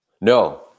No